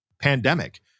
pandemic